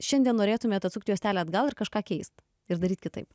šiandien norėtumėt atsukt juostelę atgal ir kažką keist ir darytikitaip